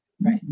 Right